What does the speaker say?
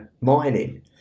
mining